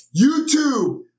YouTube